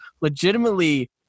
legitimately